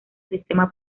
sistema